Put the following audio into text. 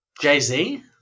Jay-Z